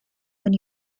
when